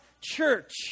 church